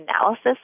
analysis